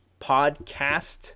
podcast